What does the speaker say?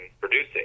producing